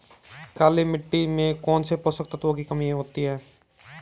काली मिट्टी में कौनसे पोषक तत्वों की कमी होती है?